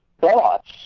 thoughts